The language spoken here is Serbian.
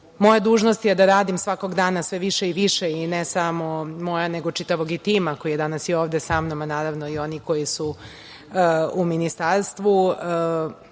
moja dužnost je da radim svakog dana sve više i više i ne samo moja, nego čitavog tima koji je danas ovde sa mnom, a naravno i oni koji su u Ministarstvu.